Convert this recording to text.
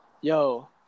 yo